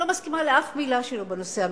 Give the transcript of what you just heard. אני לא מסכימה לשום מלה שלו בנושא המדיני,